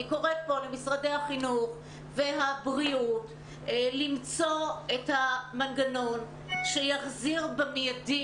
אני קוראת פה למשרדי החינוך והבריאות למצוא את המנגנון שיחזיר במיידי